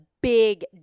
Big